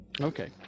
Okay